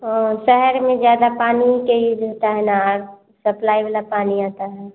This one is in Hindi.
ओह शहर में ज़्यादा पानी का ही रहता है ना सप्लाइ वाला पानी आता है